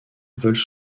veulent